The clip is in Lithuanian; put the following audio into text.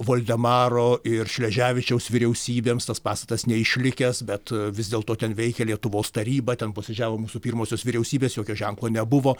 voldemaro ir šleževičiaus vyriausybėms tas pastatas neišlikęs bet vis dėlto ten veikė lietuvos taryba ten posėdžiavo mūsų pirmosios vyriausybės jokio ženklo nebuvo